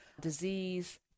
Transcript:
disease